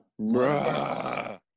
Bruh